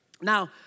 Now